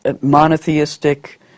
monotheistic